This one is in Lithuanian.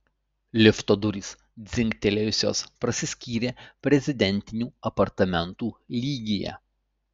lifto durys dzingtelėjusios prasiskyrė prezidentinių apartamentų lygyje